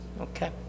Okay